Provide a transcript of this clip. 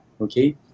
okay